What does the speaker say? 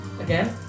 again